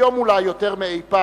היום, אולי יותר מאי-פעם,